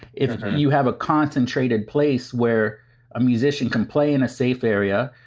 if you have a concentrated place where a musician can play in a safe area,